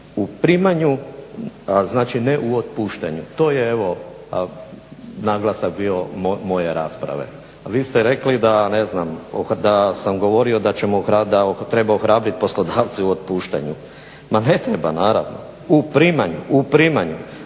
u primanju a ne u otpuštanju. To je evo naglasak bio moje rasprave. A vi ste rekli da sam govorio da treba ohrabriti poslodavce u otpuštanju. Ma ne treba naravno! U primanju, u primanju.